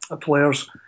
players